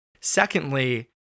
Secondly